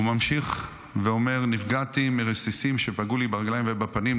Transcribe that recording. הוא ממשיך ואומר: "נפגעתי מרסיסים שפגעו לי ברגליים ובפנים,